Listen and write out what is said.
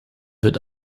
wird